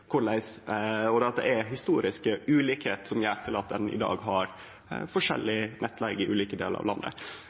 forskjellig, og at det er historisk ulikskap som gjer at ein i dag har forskjellig nettleige i ulike delar av landet.